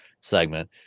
segment